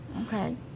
Okay